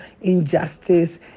injustice